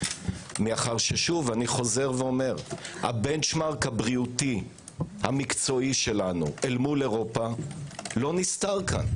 משום שהבנץ' מארק הבריאותי המקצועי שלנו אל מול אירופה לא נסתלקה.